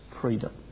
freedom